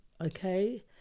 Okay